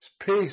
Peace